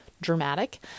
dramatic